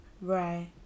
Right